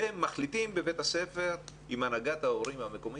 והם מחליטים בבית הספר, עם הנהגת ההורים המקומית: